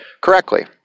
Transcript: correctly